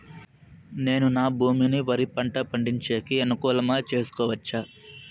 నేను నా భూమిని వరి పంట పండించేకి అనుకూలమా చేసుకోవచ్చా?